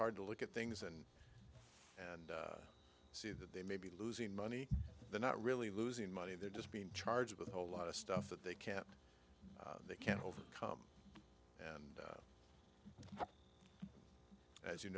hard to look at things and and see that they may be losing money they're not really losing money they're just being charged with a whole lot of stuff that they can't they can't overcome and as you